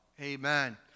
Amen